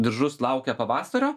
diržus laukia pavasario